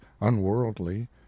unworldly